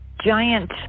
giant